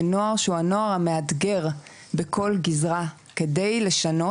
לנוער שהוא הנוער המאתגר בכל גזרה כדי לשנות